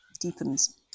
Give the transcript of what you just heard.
deepens